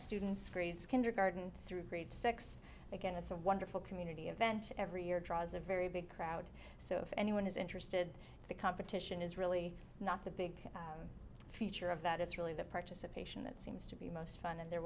students grades kindergarten through grade six again it's a wonderful community event every year draws a very big crowd so if anyone is interested the competition is really not the big feature of that it's really the participation that seems to be most fun and there